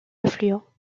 influent